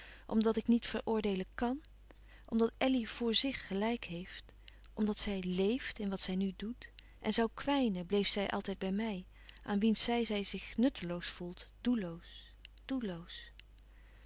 omdat ik niet veroordeelen kàn omdat elly voor zich gelijk heeft omdat zij léeft in wat zij nu doet en zoû kwijnen bleef zij altijd bij mij aan wiens zij zij zich nutteloos voelt doelloos doelloos